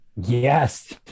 Yes